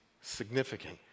significant